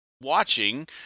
watching